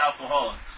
alcoholics